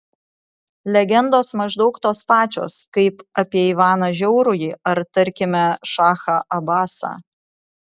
legendos maždaug tos pačios kaip apie ivaną žiaurųjį ar tarkime šachą abasą